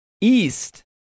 East